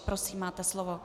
Prosím, máte slovo.